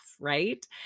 right